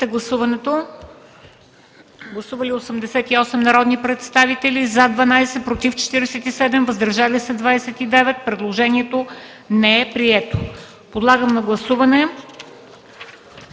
комисията. Гласували 75 народни представители: за 9, против 61, въздържали се 5. Предложението не е прието. Подлагам на гласуване